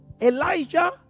Elijah